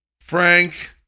Frank